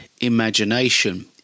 imagination